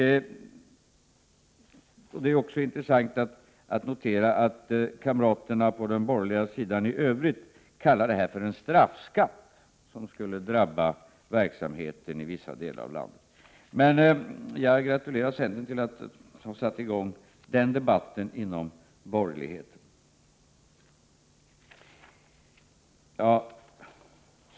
Det är också intressant att notera att kamraterna på den borgerliga sidan i övrigt kallar detta för en straffskatt som skulle drabba verksamheten i vissa delar av landet. Men jag gratulerar centern som satte i gång denna debatt inom borgerligheten.